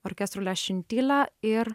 orkestru lia šintilia ir